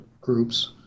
groups